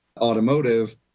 automotive